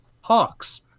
hawks